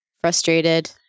frustrated